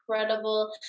incredible